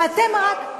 ואתם רק,